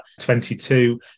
22